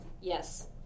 yes